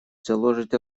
заложит